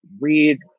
read